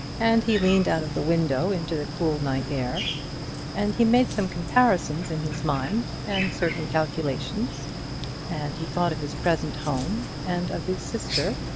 and he leaned out of the window into the cool night air and he made some comparisons in his mind, and certain calculations and he thought of his present home, and of his sister,